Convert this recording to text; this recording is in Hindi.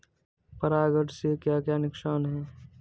परागण से क्या क्या नुकसान हैं?